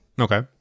Okay